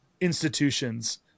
institutions